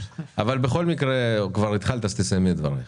אבל בכל מקרה כבר התחלת אז תסיימי את דברייך.